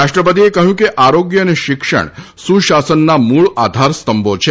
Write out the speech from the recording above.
રાષ્ટ્રપતિએ કહ્યું કે આરોગ્ય અને શિક્ષણ સુશાસનના મૂળ આધારસ્તંભો છે